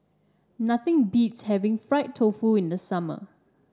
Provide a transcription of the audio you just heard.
nothing beats having Fried Tofu in the summer